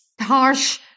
harsh